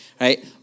Right